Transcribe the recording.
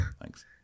Thanks